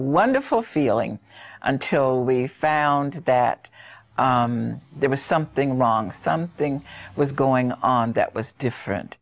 wonderful feeling until we found that there was something wrong something was going on that was different